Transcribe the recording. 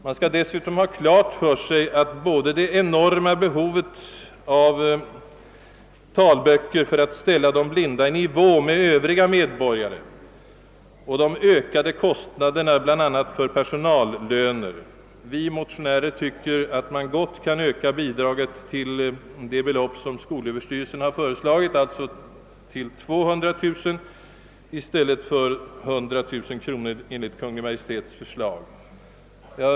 Både det mycket stora och växande behovet av talböcker för att om möjligt ställa de blinda i fråga om bildningsmöjligheter i nivå med övriga medborgare och de ökade kostnaderna bl a. för personallöner medför enligt motionärernas mening att man nu inte får tveka att öka anslaget med det belopp som skolöverstyrelsen föreslagit, dvs. 200 000 kronor, i stället för med 100 000 kronor som Kungl. Maj:t föreslagit.